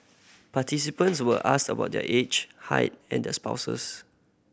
participants were asked about their age height and their spouses